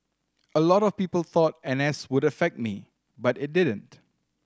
a lot of people thought N S would affect me but it didn't